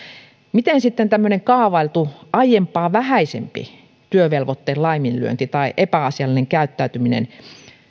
miten tämmöinen kaavailtu aiempaa vähäisempi työvelvoitteen laiminlyönti tai epäasiallinen käyttäytyminen